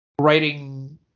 writing